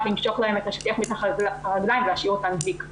למשוך לנשים את השטיח מתחת לרגליים ולהשאיר אותן בלי כלום.